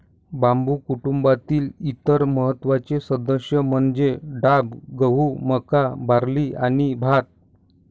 बांबू कुटुंबातील इतर महत्त्वाचे सदस्य म्हणजे डाब, गहू, मका, बार्ली आणि भात